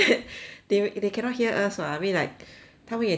they will they cannot hear us [what] I mean like 他们也听不到 ah